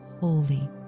holy